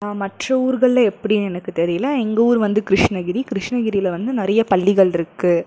மற்ற ஊர்களில் எப்படின்னு எனக்கு தெரியலை எங்கள் ஊர் வந்து கிருஷ்ணகிரி கிருஷ்ணகிரியில் வந்து நிறைய பள்ளிகள்ருக்குது